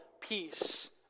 peace